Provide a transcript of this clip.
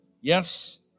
Yes